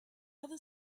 other